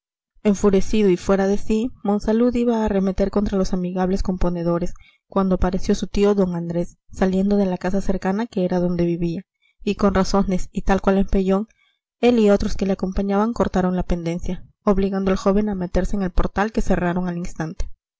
enfurecido y fuera de sí monsalud iba a arremeter contra los amigables componedores cuando apareció su tío d andrés saliendo de la casa cercana que era donde vivía y con razones y tal cual empellón él y otros que le acompañaban cortaron la pendencia obligando al joven a meterse en el portal que cerraron al instante